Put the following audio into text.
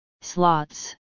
slots